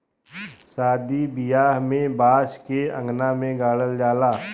सादी बियाह में बांस के अंगना में गाड़ल जाला